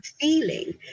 feeling